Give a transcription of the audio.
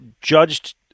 judged –